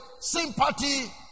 Sympathy